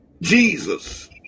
Jesus